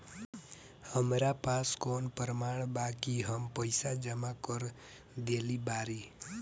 हमरा पास कौन प्रमाण बा कि हम पईसा जमा कर देली बारी?